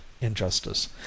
injustice